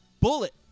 bullet